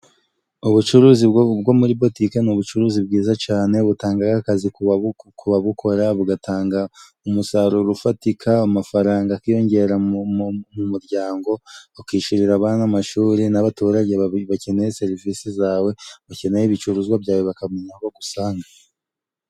Ubucuruzi bwo muri botike ni ubucuruzi bwiza cane butanga akazi ku babukora, bugatanga umusaruro ufatika amafaranga akiyongera mu muryango, ukishurira abana amashuri n'abaturage bakeneye serivisi zawe bakeneye ibicuruzwa byawe bakamenya aho bagusanga.